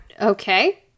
Okay